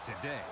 today